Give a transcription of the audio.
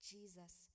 Jesus